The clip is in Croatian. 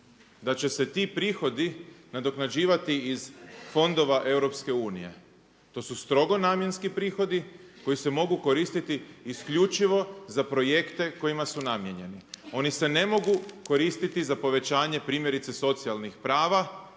da će se ti prihodi nadoknađivati iz fondova EU. To su strogo namjenski prihodi koji se mogu koristiti isključivo za projekte kojima su namijenjeni. Oni se ne mogu koristiti za povećanje primjerice socijalnih prava